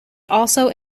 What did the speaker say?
also